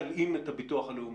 תלאים את הביטוח הלאומי?